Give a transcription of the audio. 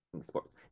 sports